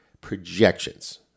projections